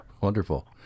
Wonderful